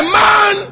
man